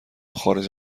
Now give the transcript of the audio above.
خارج